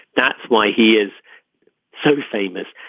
that's why he is so famous.